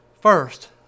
First